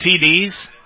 TDs